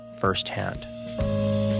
firsthand